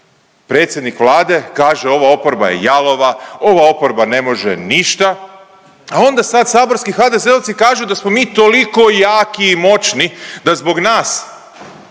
predsjednik Vlade kaže ova oporba je jalova, ova oporba ne može ništa, a onda sad saborski HDZ-ovci kažu da smo mi toliko jaki i moćni da zbog nas